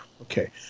Okay